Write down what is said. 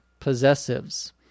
possessives